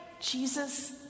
Jesus